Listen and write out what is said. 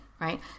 right